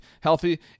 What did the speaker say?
healthy